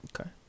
Okay